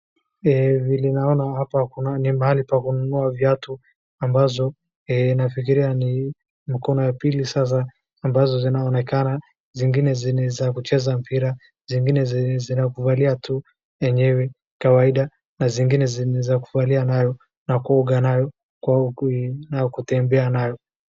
Vile naona hapa ni mahali pa kununua viatu, ambazo nafikiria ni mkono ya pili. Sasa ambazo zinaonekana, zingine za kucheza mpira, zingine za kufaria tu enyewe kawaida, na zingine ni za kuvalia nayo na kuoga nayo na kutembea nayo.